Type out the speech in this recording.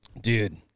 Dude